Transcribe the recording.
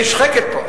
נשחקת פה.